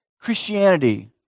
Christianity